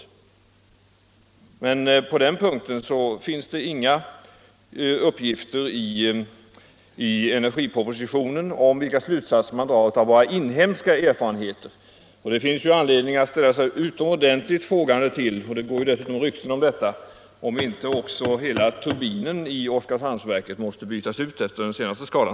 På den punkten angående tillgängligheten finns det inga uppgifter i energipropositionen om vilka slutsatser man drar av våra inhemska erfarenheter. Det finns också anledning att fråga — och det går dessutom rykten om det — om inte hela turbinen i Oskarshamnsverket måste bytas ut efter den senaste skadan.